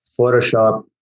Photoshop